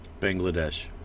Bangladesh